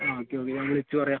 ആക്കിയാൽ മതി ഞാൻ വിളിച്ച് പറയാം